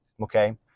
okay